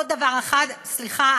עוד דבר אחד, סליחה.